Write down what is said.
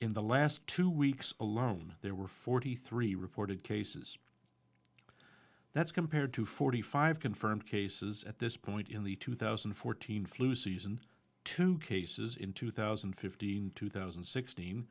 in the last two weeks alone there were forty three reported cases that's compared to forty five confirmed cases at this point in the two thousand and fourteen flu season two cases in two thousand and fifteen two thousand and sixteen